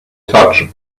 such